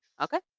Okay